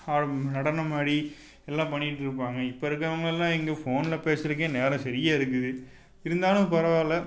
ஆ நடனம் ஆடி எல்லாம் பண்ணிட்டிருப்பாங்க இப்போ இருக்கிறவங்கலாம் எங்கள் ஃபோனில் பேசுறதுக்கே நேரம் சரியா இருக்குது இருந்தாலும் பரவாயில்ல